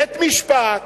בית-משפט,